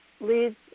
leads